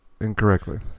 incorrectly